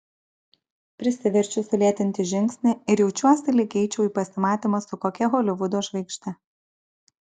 prisiverčiu sulėtinti žingsnį ir jaučiuosi lyg eičiau į pasimatymą su kokia holivudo žvaigžde